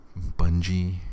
Bungie